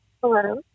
Hello